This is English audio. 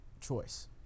choice